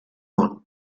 kong